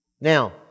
Now